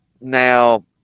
now